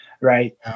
right